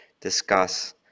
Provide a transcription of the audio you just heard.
discuss